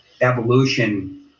evolution